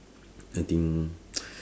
I think